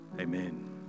amen